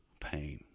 pain